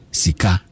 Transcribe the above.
sika